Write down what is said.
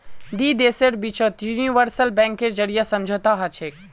दी देशेर बिचत यूनिवर्सल बैंकेर जरीए समझौता हछेक